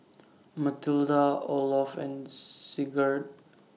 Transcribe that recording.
Matilda Olof and Sigurd